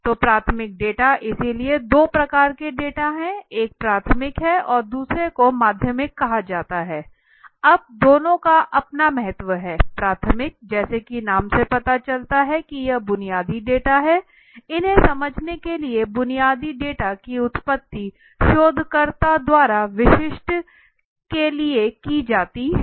तो प्राथमिक डेटा इसलिए दो प्रकार के डेटा हैं एक प्राथमिक है और दूसरे को माध्यमिक कहा जाता है अब दोनों का अपना महत्व है प्राथमिक जैसा कि नाम से पता चलता है कि यह बुनियादी डाटा हैं इन्हें समझने के लिए बुनियादी डेटा की उत्पत्ति शोधकर्ता द्वारा विशिष्ट के लिए की जाती है